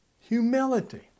Humility